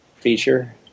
feature